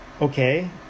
Okay